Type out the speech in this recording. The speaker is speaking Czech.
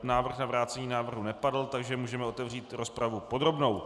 Návrh na vrácení návrhu nepadl, takže můžeme otevřít rozpravu podrobnou.